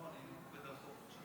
לא, אני עובד על חוק עכשיו.